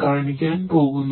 കാണിക്കാൻ പോകുന്നു